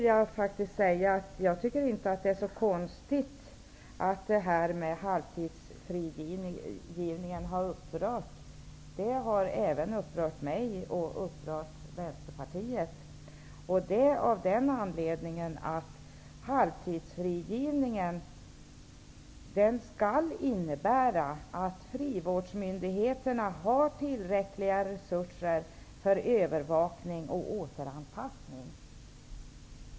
Jag tycker inte att det är så konstigt att halvtidsfrigivningen har upprört. Det har upprört även mig och Vänsterpartiet, av den anledningen att halvtidsfrigivningen skall innebära att frivårdsmyndigheterna får tillräckliga resurser för övervakning och återanpassning.